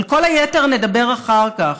על כל היתר נדבר אחר כך.